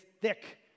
thick